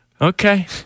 Okay